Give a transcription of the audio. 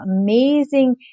amazing